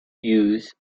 use